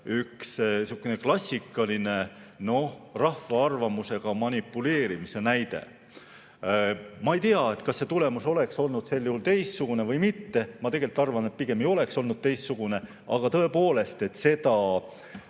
klassikaline rahva arvamusega manipuleerimise näide. Ma ei tea, kas see tulemus oleks olnud sel juhul teistsugune või mitte – tegelikult arvan, et pigem ei oleks olnud teistsugune –, aga tõepoolest see